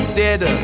dead